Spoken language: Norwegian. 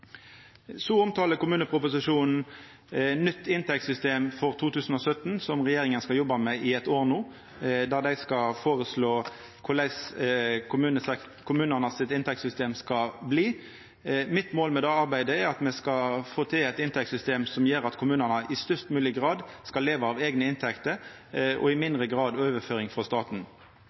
Så omtalar kommuneproposisjonen eit nytt inntektssystem for 2017, som regjeringa no skal jobba med, der dei skal føreslå korleis kommunane sitt inntektssystem skal bli. Mitt mål med det arbeidet er at me skal få til eit inntektssystem som gjer at kommunane i størst mulig grad skal leva av eigne inntekter og i mindre grad av overføringar frå staten.